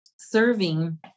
serving